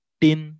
tin